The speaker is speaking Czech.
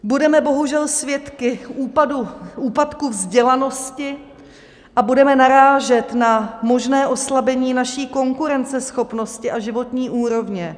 Budeme bohužel svědky úpadku vzdělanosti a budeme narážet na možné oslabení naší konkurenceschopnosti a životní úrovně.